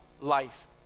life